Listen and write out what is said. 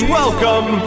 welcome